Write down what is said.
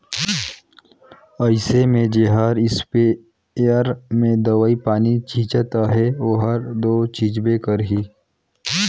अइसे में जेहर इस्पेयर में दवई पानी छींचत अहे ओहर दो छींचबे करही